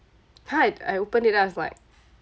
I opened it then I was like